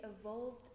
evolved